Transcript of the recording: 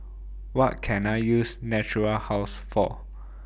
What Can I use Natura House For